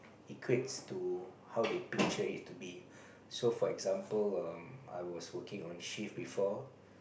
equates to how they picture it to be so for example um I was working on shift before